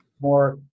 more